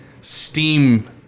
steam